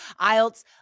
IELTS